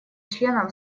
членам